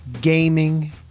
gaming